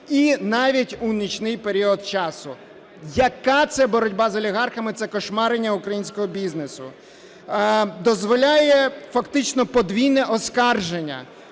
і навіть у нічний період часу. Яка це боротьба з олігархами? Це "кошмарення" українського бізнесу. Дозволяє фактично подвійне оскарження.